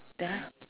!huh!